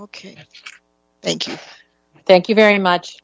ok thank you thank you very much